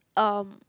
um